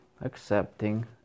accepting